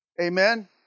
Amen